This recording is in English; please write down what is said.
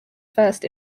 first